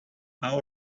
our